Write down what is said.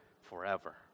forever